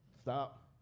stop